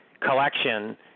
collection